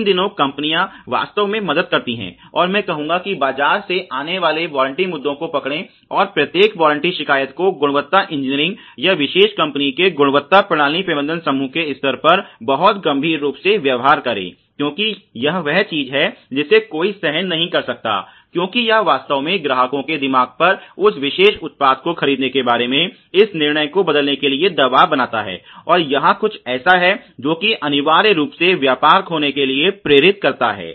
इन दिनों कंपनियां वास्तव में मदद करती हैं और मैं कहूंगा कि बाजार से आने वाले वारंटी मुद्दों को पकड़ें और प्रत्येक वारंटी शिकायत को गुणवत्ता इंजीनियरिंग या विशेष कंपनी के गुणवत्ता प्रणाली प्रबंधन समूह के स्तर पर बहुत गंभीर रूप से व्यवहार करें क्योंकि यह वह चीज है जिसे कोई सहन नहीं कर सकता क्योंकि यह वास्तव में ग्राहकों के दिमाग पर उस विशेष उत्पाद को खरीदने के बारे में इस निर्णय को बदलने के लिए दबाव बनाता है और यह कुछ ऐसा है जो अनिवार्य रूप से व्यापार को खोने के लिए प्रेरित करता है